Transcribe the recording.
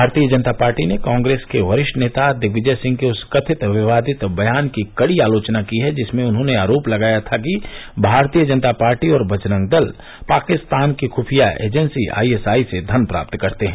भारतीय जनता पार्टी ने कांग्रेस के वरिष्ठ नेता दिग्विजय सिंह के उस कथित विवादित बयान की कडी आलोचना की है जिसमें उन्होंने आरोप लगाया था कि भारतीय जनता पार्टी और बजरंग दल पाकिस्तान की ख्रफिया एजेंसी आईएसआई से धन प्राप्त करते हैं